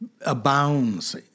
abounds